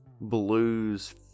blues